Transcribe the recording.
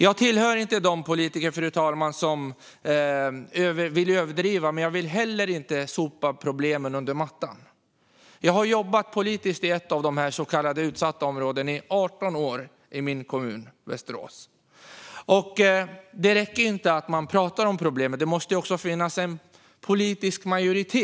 Jag tillhör inte de politiker som vill överdriva, men jag vill heller inte sopa problemen under mattan. Jag har jobbat politiskt i ett av de så kallade utsatta områdena, i min kommun Västerås, i 18 år. Det räcker inte att man pratar om problemen, utan det måste också finnas en politisk majoritet.